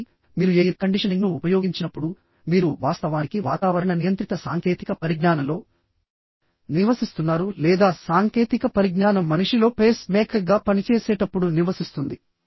కాబట్టి మీరు ఎయిర్ కండిషనింగ్ను ఉపయోగించినప్పుడు మీరు వాస్తవానికి వాతావరణ నియంత్రిత సాంకేతిక పరిజ్ఞానంలో నివసిస్తున్నారు లేదా సాంకేతిక పరిజ్ఞానం మనిషిలో పేస్ మేకర్గా పనిచేసేటప్పుడు నివసిస్తుంది